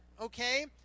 Okay